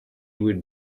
would